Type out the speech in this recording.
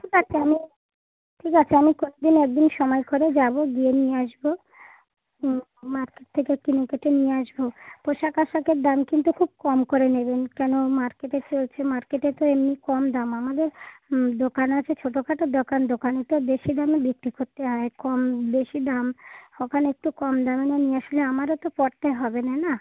ঠিক আছে আমি ঠিক আছে আমি কোনো দিন এক দিন সময় করে যাবো গিয়ে নিয়ে আসবো হুম মার্কেট থেকে কিনে কেটে নিয়ে আসবো পোশাক আশাকের দাম কিন্তু খুব কম করে নেবেন কেন মার্কেটে ফেলছে মার্কেটে তো এমনি কম দাম আমাদের দোকান আছে ছোটো খাটো দোকান দোকানে তো বেশি দামে বিক্রি কোত্তে হয় আর কম বেশি দাম ওখানে একটু কম দামে না নিয়ে আসলে আমার তো পরতায় হবে না না